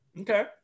Okay